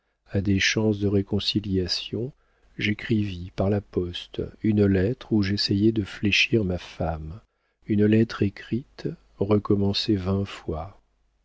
à des chances de réconciliation j'écrivis par la poste une lettre où j'essayais de fléchir ma femme une lettre écrite recommencée vingt fois